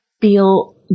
feel